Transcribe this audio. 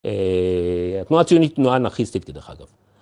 התנועה הציונית תנועה אנרכיסטית כדרך אגב